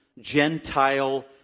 Gentile